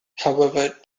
however